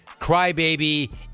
crybaby